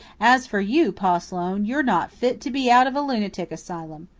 as for you, pa sloane, you're not fit to be out of a lunatic asylum.